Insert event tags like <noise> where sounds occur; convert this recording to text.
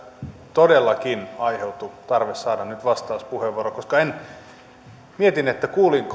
todellakin aiheutui tarve saada nyt vastauspuheenvuoro koska mietin kuulinko <unintelligible>